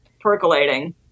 percolating